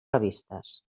revistes